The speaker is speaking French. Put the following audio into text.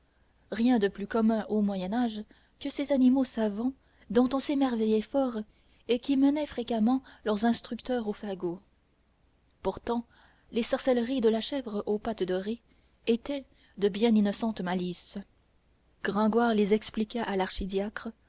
rien de plus commun au moyen âge que ces animaux savants dont on s'émerveillait fort et qui menaient fréquemment leurs instructeurs au fagot pourtant les sorcelleries de la chèvre aux pattes dorées étaient de bien innocentes malices gringoire les expliqua à l'archidiacre